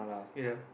ya